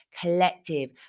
collective